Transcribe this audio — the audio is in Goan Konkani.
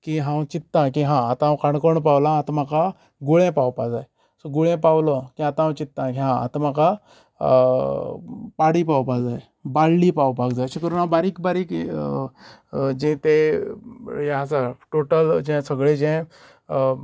की हांव चित्तां कि हांव आता हांव काणकोण पावलां आतां म्हाका गुळ्या पावपा जाय सो गुळ्या पावलो हे आता हांव चित्तां हां आतां म्हाका पाडी पावपा जाय बाळ्ळी पावपाक जाय अशे करून हांव बारीक बारीक जे ते हे आसा टोटल जे सगळे जे